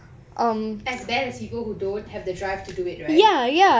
as bad as people who don't have the drive to do it right